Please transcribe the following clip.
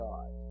God